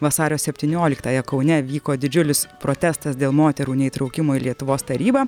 vasario septynioliktąją kaune vyko didžiulis protestas dėl moterų neįtraukimo į lietuvos tarybą